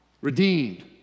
redeemed